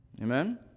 Amen